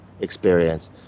experience